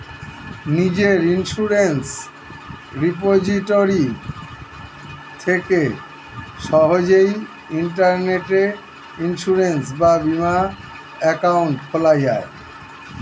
নিজের insurance repository থেকে সহজেই ইন্টারনেটে ইন্সুরেন্স বা বীমা অ্যাকাউন্ট খোলা যায়